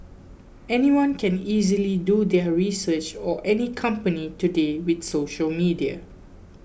anyone can easily do their research or any company today with social media